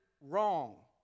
wrong